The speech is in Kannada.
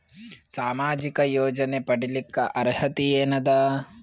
ಸಾಮಾಜಿಕ ಯೋಜನೆ ಪಡಿಲಿಕ್ಕ ಅರ್ಹತಿ ಎನದ?